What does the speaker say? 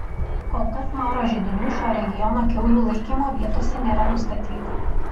kol kas maro židinių šio regiono kiaulių laikymo vietose nėra nustatyta